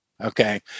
okay